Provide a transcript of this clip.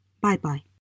Bye-bye